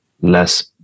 less